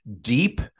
deep